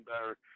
better